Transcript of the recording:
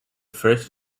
first